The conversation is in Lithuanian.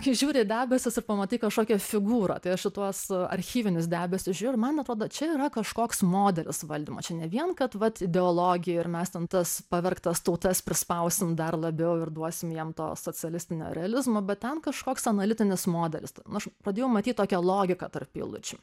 kai žiūri į debesis ir pamatai kažkokią figūrą tai aš į tuos archyvinius debesis žiūriu ir man atrodo čia yra kažkoks modelis valdymo čia ne vien kad ideologija ir mes ten tas pavergtas tautas prispausim dar labiau ir duosime jam to socialistinio realizmo bet ten kažkoks analitinis modelis ten nu aš pradėjau matyt tokią logiką tarp eilučių